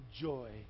joy